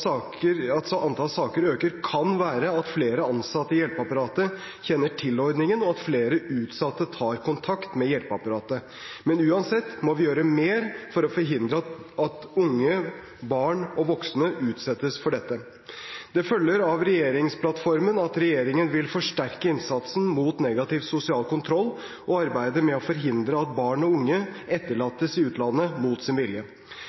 saker øker, kan være at flere ansatte i hjelpeapparatet kjenner til ordningen, og at flere utsatte tar kontakt med hjelpeapparatet, men uansett må vi gjøre mer for å forhindre at unge, barn og voksne utsettes for dette. Det følger av regjeringsplattformen at regjeringen vil forsterke innsatsen mot negativ sosial kontroll og arbeidet med å forhindre at barn og unge etterlates i utlandet mot sin vilje.